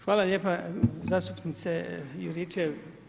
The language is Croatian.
Hvala lijepo zastupnice Juričev.